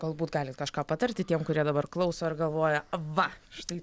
galbūt galit kažką patarti tiem kurie dabar klauso ir galvoja va štai